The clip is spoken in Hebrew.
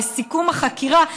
לסיכום החקירה,